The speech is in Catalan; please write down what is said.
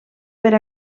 per